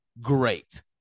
great